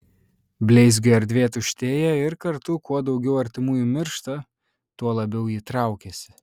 bleizgio erdvė tuštėja ir kartu kuo daugiau artimųjų miršta tuo labiau ji traukiasi